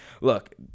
Look